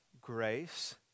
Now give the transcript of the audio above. grace